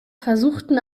versuchten